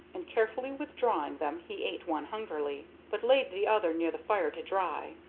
and, carefully withdrawing them, he ate one hungrily, but laid the other near the fire to dry.